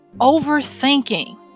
overthinking